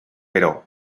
pero